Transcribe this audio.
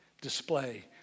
display